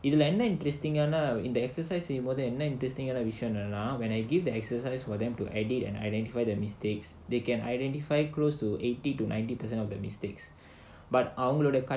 இதுல என்ன:idhula enna in the exercise செய்யும்போது என்ன:seyumpothu enna when I give the exercise for them to edit and identify the mistakes they can identify close to eighty to ninety percent of the mistakes